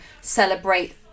celebrate